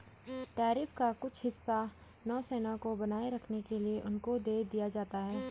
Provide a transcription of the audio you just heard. tariff का कुछ हिस्सा नौसेना को बनाए रखने के लिए उनको दे दिया जाता है